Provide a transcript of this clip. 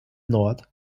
nord